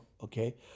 okay